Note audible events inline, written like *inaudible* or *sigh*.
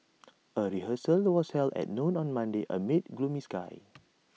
*noise* A rehearsal was held at noon on Monday amid gloomy sky